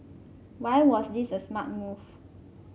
why was this a smart move